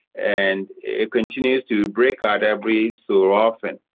and it continues to break out every so often.